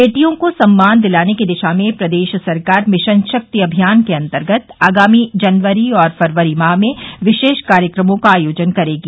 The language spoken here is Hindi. बेटियों को सम्मान दिलाने की दिशा में प्रदेश सरकार मिशन शक्ति अभियान के अंतर्गत आगामी जनवरी और फरवरी माह में विशेष कार्यक्रमों का आयोजन करेगी